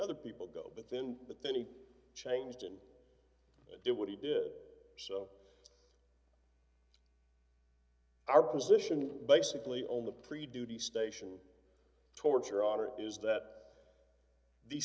other people go but then but then he changed and did what he did so our position basically on the pre duty station torture order is that the